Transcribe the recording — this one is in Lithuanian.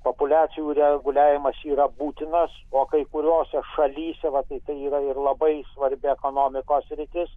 populiacijų reguliavimas yra būtinas o kai kuriose šalyse va tai tai yra ir labai svarbi ekonomikos sritis